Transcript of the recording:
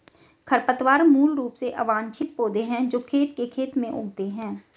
खरपतवार मूल रूप से अवांछित पौधे हैं जो खेत के खेत में उगते हैं